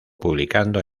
publicando